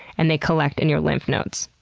and they collect in your lymph nodes.